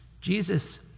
Jesus